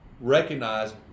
recognize